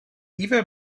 eva